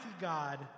God